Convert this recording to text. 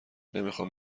نمیخوام